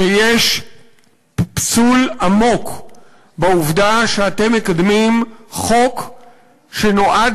שיש פסול עמוק בעובדה שאתם מקדמים חוק שנועד